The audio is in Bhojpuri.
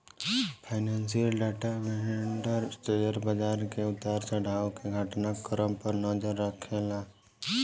फाइनेंशियल डाटा वेंडर शेयर बाजार के उतार चढ़ाव के घटना क्रम पर नजर रखेला